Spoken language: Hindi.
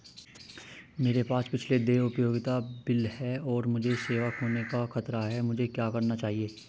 मेरे पास पिछले देय उपयोगिता बिल हैं और मुझे सेवा खोने का खतरा है मुझे क्या करना चाहिए?